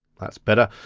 that's better,